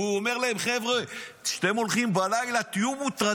והוא אומר להם: חבר'ה, כשאתם הולכים לישון בלילה,